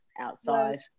outside